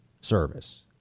service